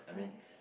five